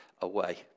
away